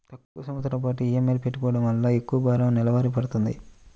తక్కువ సంవత్సరాల పాటు ఈఎంఐలను పెట్టుకోవడం వలన ఎక్కువ భారం నెలవారీ పడ్తుంది